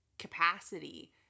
capacity